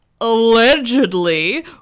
allegedly